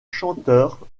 chanteur